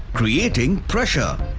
creating pressure.